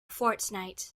fortnight